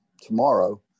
tomorrow